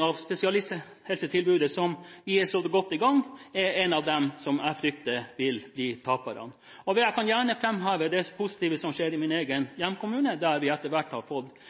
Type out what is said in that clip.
av spesialisthelsetilbudet, som vi er så godt i gang med, er av de tilbudene jeg frykter vil bli taperen. Jeg kan gjerne framheve det positive som skjer i min egen hjemkommune, der vi etter hvert –